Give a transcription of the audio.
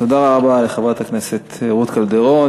תודה רבה לחברת הכנסת רות קלדרון.